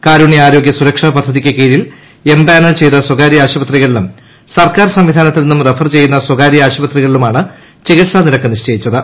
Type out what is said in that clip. കാരുണ്യ ആരോഗ്യ സുരക്ഷ പദ്ധതിക്ക് കീഴിൽ എംപാനൽ ചെയ്ത സ്വകാര്യ ആശുപത്രികളിലും സർക്കാർ സംവിധാനത്തിൽ നിന്നും റഫർ ചെയ്യുന്ന സ്ഥകാര്യ ആശുപത്രികളിലുമാണ് ചികിത്സാ നിരക്ക് നിശ്ചയിച്ചത്